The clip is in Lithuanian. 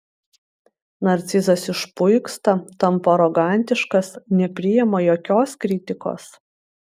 narcizas išpuiksta tampa arogantiškas nepriima jokios kritikos